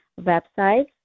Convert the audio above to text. websites